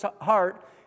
heart